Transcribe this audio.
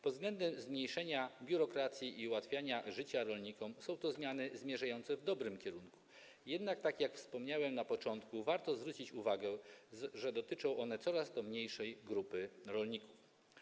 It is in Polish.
Pod względem zmniejszenia biurokracji i ułatwiania życia rolnikom są to zmiany zmierzające w dobrym kierunku, jednak, tak jak wspomniałem na początku, warto zwrócić uwagę, że dotyczą one coraz to mniejszej grupy rolników.